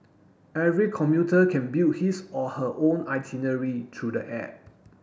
every commuter can build his or her own itinerary through the app